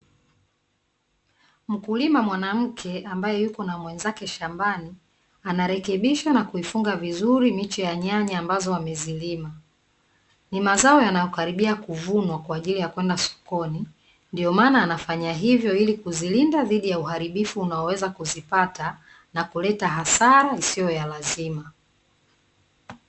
Mkulima mwanamke ambaye yupo na mwenzake shambani anarekebisha na kufunga vizuri miche ya nyanya, ambazo amazilima ni mazao yanayokalibia kuvunwa kwa ajiri ya kwenda sokoni ndio maana anafanya hivyo ili kuzilinda dhidi ya uharibu unaoweza kuzipata na kuleta hasara isiyo ya lazima.